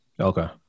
Okay